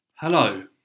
Hello